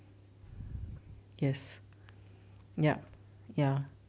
yes ya ya